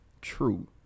true